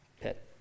pit